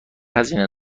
هزینه